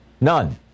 None